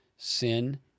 Sin